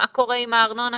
מה קורה עם הארנונה?